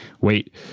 wait